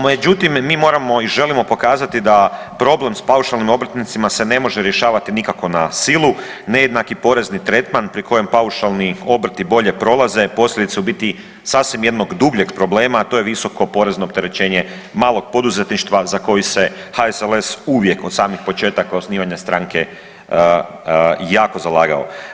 Međutim, mi moramo i želimo pokazati da problem s paušalnim obrtnicima se ne može rješavati nikako na silu, nejednaki porezni tretman pri kojem paušalni obrti bolje prolaze posljedica je u biti sasvim jednog dubljeg problema, a to je visoko porezno opterećenje malog poduzetništva za koji se HSLS uvijek od samih početaka osnivanja stranke jako zalagao.